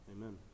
Amen